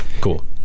Cool